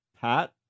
Pat